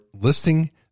listing